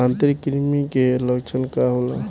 आंतरिक कृमि के लक्षण का होला?